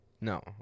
No